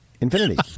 Infinity